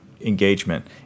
engagement